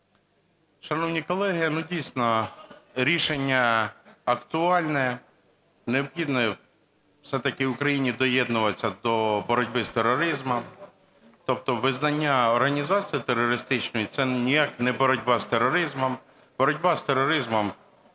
Шановні колеги, дійсно, рішення актуальне, необхідно все-таки Україні доєднуватися до боротьби з тероризмом. Тобто визнання організацію терористичною – це ніяк не боротьба з тероризмом. Боротьба з тероризмом,